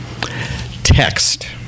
Text